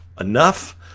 enough